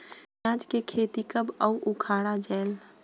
पियाज के खेती कब अउ उखाड़ा जायेल?